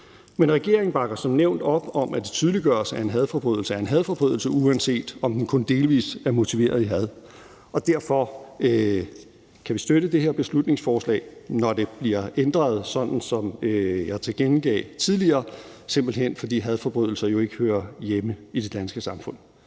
Men regeringen bakker som nævnt op om, at det tydeliggøres, at en hadforbrydelse er en hadforbrydelse, uanset om den kun delvis er motiveret af had. Derfor kan vi støtte det her beslutningsforslag, når det bliver ændret, sådan som jeg tilkendegav tidligere, simpelt hen fordi hadforbrydelser jo ikke hører hjemme i det danske samfund.